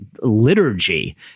liturgy